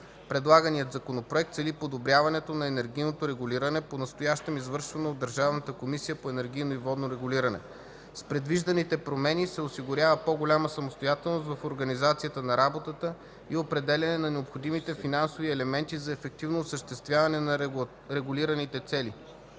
Предлаганият законопроект цели подобряването на енергийното регулиране, понастоящем извършвано от Държавната комисия за енергийно и водно регулиране. С предвижданите изменения се осигурява по-голяма самостоятелност в организацията на работата и определяне на необходимите финансови елементи за ефективно осъществяване на регулираните цели.